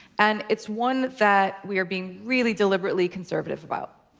and it's one that we are being really deliberately conservative about.